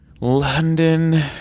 London